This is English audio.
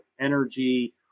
Energy